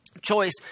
choice